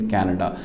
Canada